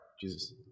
Jesus